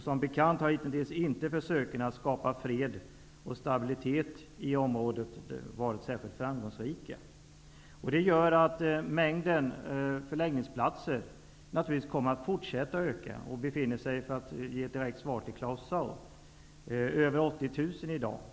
Som bekant har försöken hittills att skapa fred och stabilitet i området inte varit särskilt framgångsrika. Det gör att mängden förläggningsplatser naturligtvis kommer att fortsätta att öka och är -- detta som direkt svar till Claus Zaar -- över 80 000 i dag.